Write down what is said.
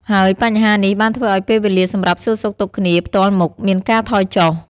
ហើយបញ្ហានេះបានធ្វើឲ្យពេលវេលាសម្រាប់សួរសុខទុក្ខគ្នាផ្ទាល់មុខមានការថយចុះ។